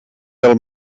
del